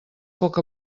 poc